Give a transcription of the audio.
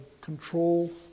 control